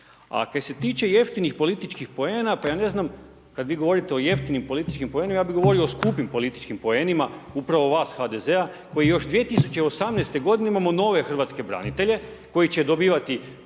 A kaj se tiče jeftinijim političkih poena, pa ja ne znam, kada vi govorite o jeftinim političkim poenima, ja bi govorio o skupim političkim poenima, upravo vas, HDZ-a koji još 2018. g. imamo nove hrvatske branitelje, koji će dobivati